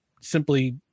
simply